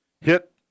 hit